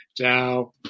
Ciao